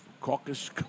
caucus